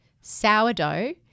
sourdough